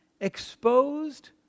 exposed